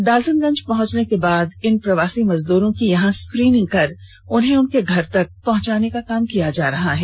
डाल्टनगंज पहंचने के बाद इन सभी प्रवासी मजदुरों की यहां स्क्रीनिंग कर उन्हें उनके घर तक तक पहुंचाने का काम किया जा रहा है